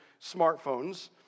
smartphones